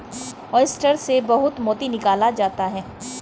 oyster से बहुत मोती निकाला जाता है